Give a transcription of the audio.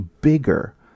bigger